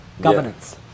governance